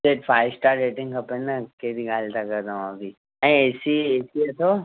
सेठ five star rating खपे न कःईड़ी ॻाल्हि था कयो तव्हां बि ऐं ए सी ए सी अथव